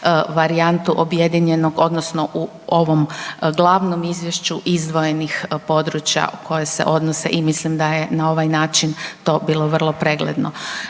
varijantu objedinjenog odnosno u ovom glavnom izvješću izdvojenih područja koje se odnose i mislim da je na ovaj način to bilo vrlo pregledno.